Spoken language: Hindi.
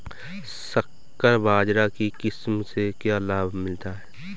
संकर बाजरा की किस्म से क्या लाभ मिलता है?